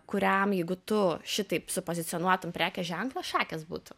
kuriam jeigu tu šitaip supozicionuotum prekės ženklą šakės būtų